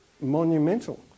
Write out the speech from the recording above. monumental